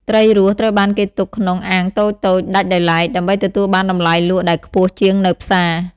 ត្រីរស់ ត្រូវបានគេទុកក្នុងអាងតូចៗដាច់ដោយឡែក ដើម្បីទទួលបានតម្លៃលក់ដែលខ្ពស់ជាងនៅផ្សារ។